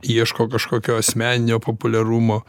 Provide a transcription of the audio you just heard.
ieško kažkokio asmeninio populiarumo